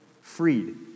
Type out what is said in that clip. freed